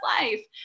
life